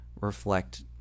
reflect